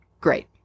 Great